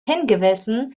hingewiesen